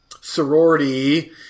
sorority